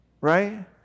right